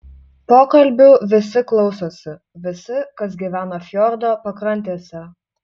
pokalbių visi klausosi visi kas gyvena fjordo pakrantėse